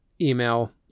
email